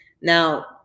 now